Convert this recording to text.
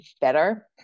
better